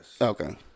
Okay